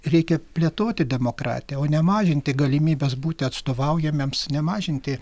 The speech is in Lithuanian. reikia plėtoti demokratiją o ne mažinti galimybes būti atstovaujamiems nemažinti